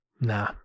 nah